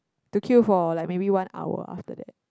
to queue for like maybe one hour after that